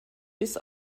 bis